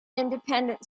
independent